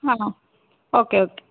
ಹಾಂ ಹಾಂ okay okay